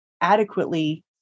adequately